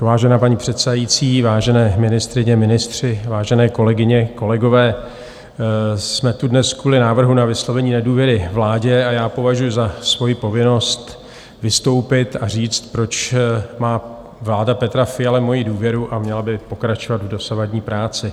Vážená paní předsedající, vážené ministryně, ministři, vážené kolegyně, kolegové, jsme tu dnes kvůli návrhu na vyslovení nedůvěry vládě a já považuji za svoji povinnost vystoupit a říct, proč má vláda Petra Fialy moji důvěru a měla by pokračovat v dosavadní práci.